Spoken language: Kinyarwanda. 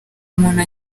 umuntu